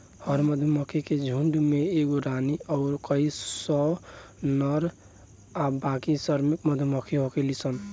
हर मधुमक्खी के झुण्ड में एगो रानी अउर कई सौ नर आ बाकी श्रमिक मधुमक्खी होखेली सन